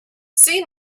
see